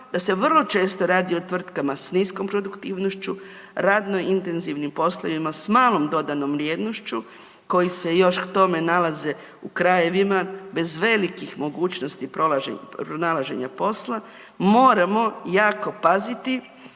da se vrlo često radi o tvrtkama s niskom produktivnošću, radno intenzivnim poslovima s malom dodanom vrijednošću koji se još k tome nalaze u krajevima bez velikih mogućnosti pronalaženja posla moramo jako paziti